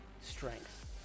strength